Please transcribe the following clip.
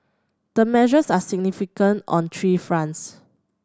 the measures are significant on three fronts